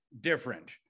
different